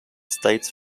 states